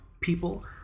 people